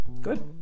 good